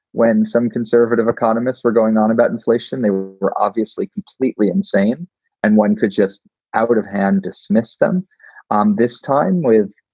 when some conservative economists were going on about inflation, they were obviously completely. and same and one could just out of hand dismiss them um this time with.